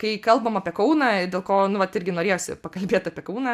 kai kalbam apie kauną dėl ko nu vat irgi norėjosi pakalbėt apie kauną